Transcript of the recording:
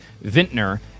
Vintner